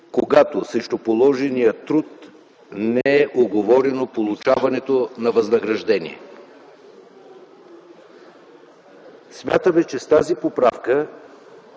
когато срещу положения труд не е уговорено получаването на възнаграждение.” Смятаме, че с тази поправка